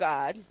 God